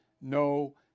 no